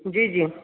जी जी